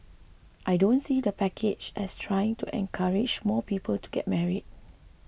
I don't see the package as trying to encourage more people to get married